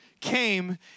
came